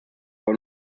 con